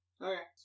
Okay